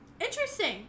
Interesting